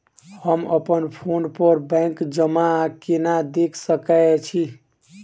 हम अप्पन फोन पर बैंक जमा केना देख सकै छी?